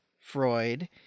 freud